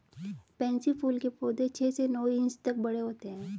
pansy फूल के पौधे छह से नौ इंच तक बड़े होते हैं